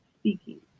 speaking